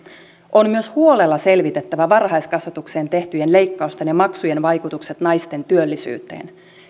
on myös huolella selvitettävä varhaiskasvatukseen tehtyjen leikkausten ja maksujen vaikutukset naisten työllisyyteen